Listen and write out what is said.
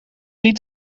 niet